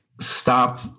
stop